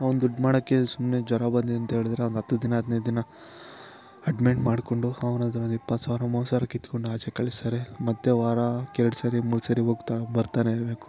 ಅವ್ನು ದುಡ್ಡು ಮಾಡೋಕೆ ಸುಮ್ಮನೆ ಜ್ವರ ಬಂದಿದೆ ಅಂತ ಹೇಳಿದ್ರೆ ಒಂದು ಹತ್ತು ದಿನ ಹದಿನೈದು ದಿನ ಅಡ್ಮೆಂಟ್ ಮಾಡಿಕೊಂಡು ಅವ್ನ ಹತ್ರ ಒಂದು ಇಪ್ಪತ್ತು ಸಾವಿರ ಮೂವತ್ತು ಸಾವಿರ ಕಿತ್ಕೊಂಡು ಆಚೆ ಕಳಿಸ್ತಾರೆ ಮತ್ತು ವಾರಕ್ಕೆ ಎರಡು ಸರಿ ಮೂರು ಸರಿ ಹೋಗ್ತಾ ಬರ್ತಾನೇ ಇರಬೇಕು